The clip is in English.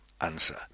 answer